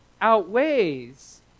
outweighs